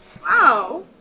Wow